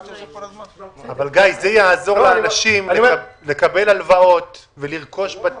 זה יעזור לאנשים לקבל הלוואות ולרכוש את